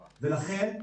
ולכן,